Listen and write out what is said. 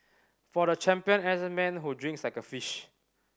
for the champion N S man who drinks like a fish